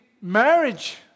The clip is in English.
marriage